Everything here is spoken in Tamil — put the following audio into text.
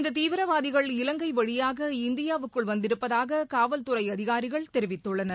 இந்த தீவிரவாதிகள் இவங்கை வழியாக இந்தியாவுக்குள் வந்திருப்பதாக காவல் துறை அதிகாரிகள் தெரிவித்துள்ளனர்